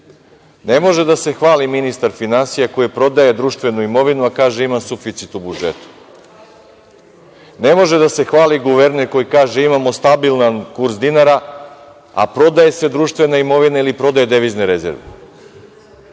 Ne može da se hvali ministar finansija koji prodaje društvenu imovinu, a kaže da ima suficit u budžetu. Ne može da se hvali guverner koji kaže imamo stabilan kurs dinara, a prodaje se društvena imovina ili prodaju devizne rezerve.